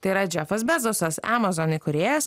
tai yra džefas bezosas amazon įkūrėjas